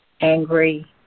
angry